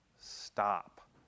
stop